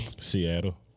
Seattle